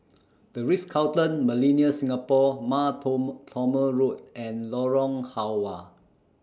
The Ritz Carlton Millenia Singapore Mar Thoma Road and Lorong Halwa